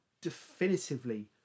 definitively